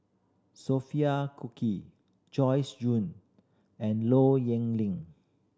Sophia Cookie Joyce Jue and Low Yen Ling